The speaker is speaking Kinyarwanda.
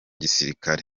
gisirikare